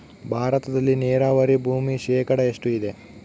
ಭಾರತದಲ್ಲಿ ನೇರಾವರಿ ಭೂಮಿ ಶೇಕಡ ಎಷ್ಟು ಇದೆ?